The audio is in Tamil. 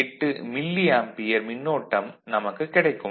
8 மில்லி ஆம்பியர் மின்னோட்டம் நமக்குக் கிடைக்கும்